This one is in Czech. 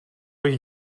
bych